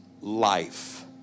life